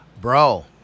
bro